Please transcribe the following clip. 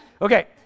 Okay